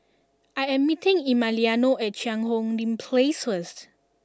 I am meeting Emiliano at Cheang Hong Lim Place first